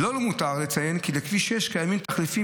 "לא למותר לציין כי לכביש 6 קיימים תחליפים